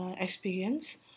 experience